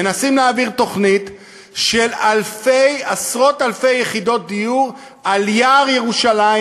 מנסים להעביר תוכנית של עשרות-אלפי יחידות דיור ליער ירושלים